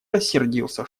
рассердился